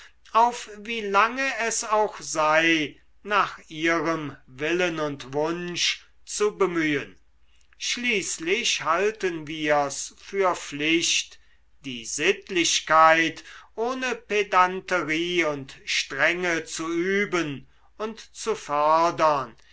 auf wie lange es auch sei nach ihrem willen und wunsch zu bemühen schließlich halten wir's für pflicht die sittlichkeit ohne pedanterei und strenge zu üben und zu fördern